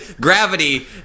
gravity